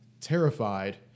terrified